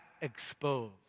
exposed